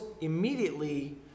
immediately